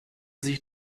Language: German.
sich